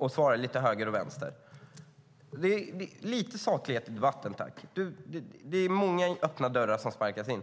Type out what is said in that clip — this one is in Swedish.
och svara till höger och vänster? Lite saklighet i debatten, tack! Det är många öppna dörrar som sparkas in.